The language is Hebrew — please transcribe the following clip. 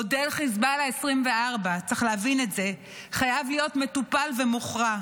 מודל חיזבאללה 2024 חייב להיות מטופל ומוכרע,